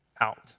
out